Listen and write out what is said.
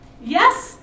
Yes